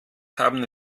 haben